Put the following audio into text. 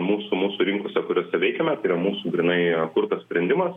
mūsų mūsų rinkose kuriose veikiame tai yra mūsų grynai kurtas sprendimas